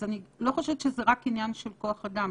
אז אני לא חושבת שזה רק עניין של כוח אדם,